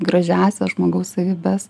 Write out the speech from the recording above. gražiąsias žmogaus savybes